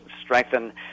strengthen